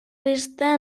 resta